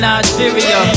Nigeria